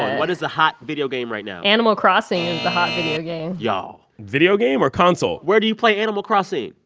what is the hot video game right now? animal crossing is the hot video game y'all video game or console? where do you play animal crossing?